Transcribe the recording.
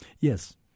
Yes